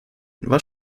was